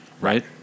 right